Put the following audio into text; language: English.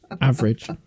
Average